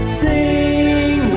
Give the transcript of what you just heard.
sing